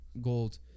gold